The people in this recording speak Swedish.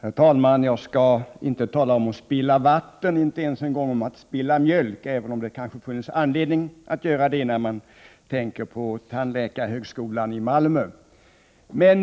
Herr talman! Jag skall inte tala om att spilla vatten, inte ens en gång om att spilla mjölk, även om det kanske finns anledning att göra det när man tänker på tandläkarhögskolan i Malmö. Men